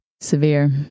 severe